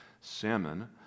Salmon